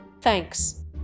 Thanks